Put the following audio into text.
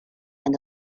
and